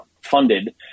funded